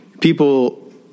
people